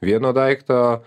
vieno daikto